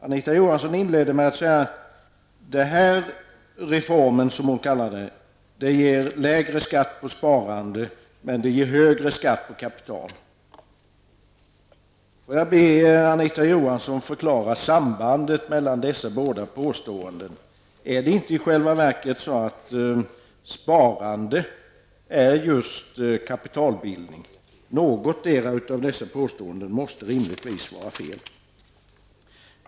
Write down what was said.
Anita Johansson inledde med att säga att den här reformen, som hon kallar den, ger lägre skatt på sparande, men den ger högre skatt på kapital. Får jag be Anita Johansson förklara sambandet mellan dessa båda påståenden? Är det inte i själva verket så att sparande just är kapitalbildning? Någotdera av dessa påståenden måste rimligtvis vara fel.